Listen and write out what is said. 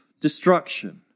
destruction